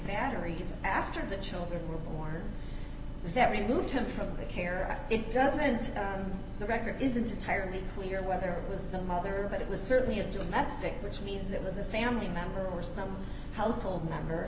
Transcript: just after the children were born that removed him from the care it doesn't the record isn't entirely clear whether it was the mother but it was certainly a domestic which means it was a family member or some household member